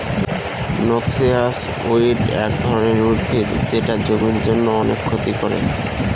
noxious weed এক ধরনের উদ্ভিদ যেটা জমির জন্য অনেক ক্ষতি করে